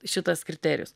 šitas kriterijus